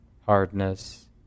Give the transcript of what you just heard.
hardness